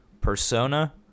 Persona